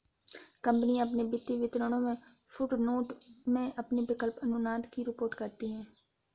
कंपनियां अपने वित्तीय विवरणों में फुटनोट में अपने विकल्प अनुदान की रिपोर्ट करती हैं